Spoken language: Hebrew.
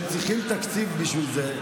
והם צריכים תקציב בשביל זה.